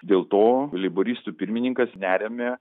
dėl to leiboristų pirmininkas neremia